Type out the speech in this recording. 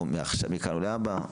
או מכאן ולהבא?